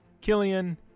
Killian